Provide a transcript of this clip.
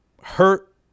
hurt